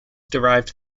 derived